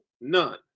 none